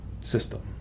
system